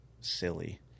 silly